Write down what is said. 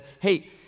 hey